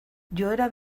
joera